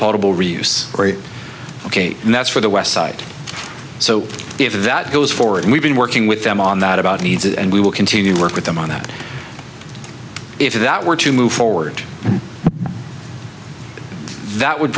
potable reuse ok and that's for the west side so if that goes forward we've been working with them on that about needs and we will continue to work with them on that if that were to move forward that would